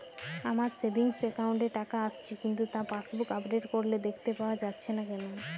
আমার savings account এ টাকা আসছে কিন্তু তা পাসবুক আপডেট করলে দেখতে পাওয়া যাচ্ছে না কেন?